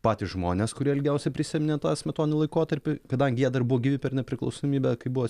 patys žmonės kurie ilgiausiai prisiminė tą smetoninį laikotarpį kadangi jie dar buvo gyvi per nepriklausomybę kai buvo